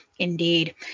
Indeed